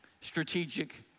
strategic